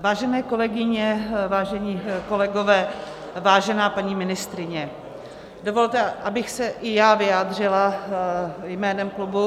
Vážené kolegyně, vážení kolegové, vážená paní ministryně, dovolte, abych se i já vyjádřila jménem klubu